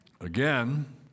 Again